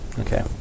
Okay